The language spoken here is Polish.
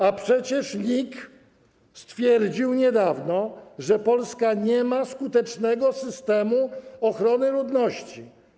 A przecież NIK stwierdził niedawno, że Polska nie ma skutecznego systemu ochrony ludności.